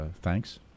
thanks